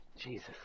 Jesus